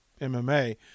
MMA